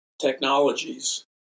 technologies